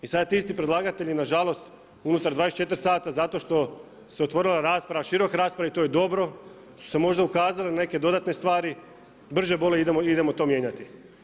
I sada ti isti predlagatelji nažalost unutar 24h zato što se otvorila rasprava, široka rasprava i to je dobro, su se možda ukazale neke dodatne stvari, brže bolje idemo to mijenjati.